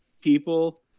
people